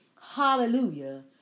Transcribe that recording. Hallelujah